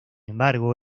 embargo